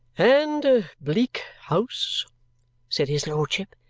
and bleak house said his lordship,